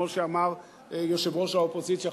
כמו שאמר יושב-ראש האופוזיציה,